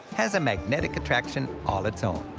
has a magnetic attraction all its own.